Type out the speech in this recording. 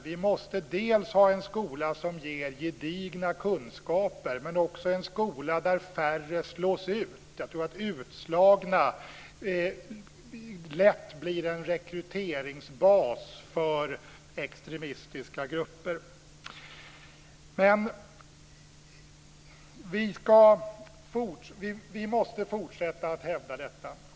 Vi måste ha en skola som ger gedigna kunskaper men också en skola där färre slås ut. Jag tror att utslagna lätt blir en rekryteringsbas för extremistiska grupper. Vi måste fortsätta att hävda detta.